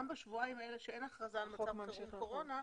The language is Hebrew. גם בשבועיים האלה שאין הכרזה על מצב חירום קורונה,